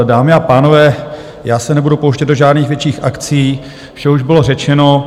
Dámy a pánové, já se nebudu pouštět do žádných větších akcí, vše už bylo řečeno.